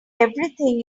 everything